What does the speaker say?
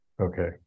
Okay